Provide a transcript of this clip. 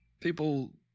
people